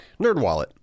NerdWallet